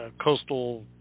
coastal